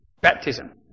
baptism